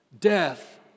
death